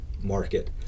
market